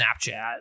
Snapchat